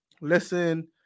listen